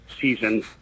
season